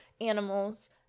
animals